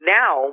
now